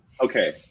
okay